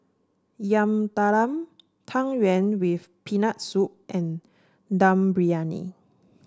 Yam Talam Tang Yuen with Peanut Soup and Dum Briyani